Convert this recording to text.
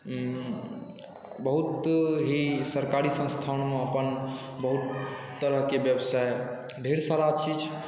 बहुत ही सरकारी संस्थानमे अपन बहुत तरहके बेवसाइ ढेर सारा अथी छै